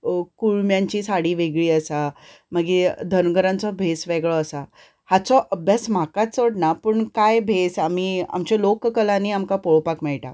कुळम्यांची साडी वेगळी आसा मागीर धनगरांचो भेस वेगळो आसा हाचो अभ्यास म्हाका चड ना पूण कांय भेस आमी आमचे लोक कलांनी आमकां पोळोपाक मेयटा